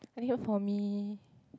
what did you get for me